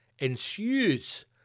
ensues